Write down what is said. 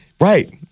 Right